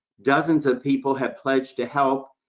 dozens of people have pledged to help,